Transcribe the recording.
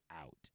out